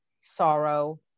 sorrow